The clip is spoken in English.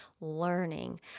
learning